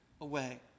away